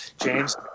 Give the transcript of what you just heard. James